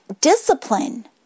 discipline